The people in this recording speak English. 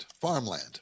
farmland